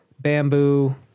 Bamboo